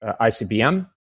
ICBM